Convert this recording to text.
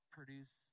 produce